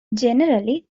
generally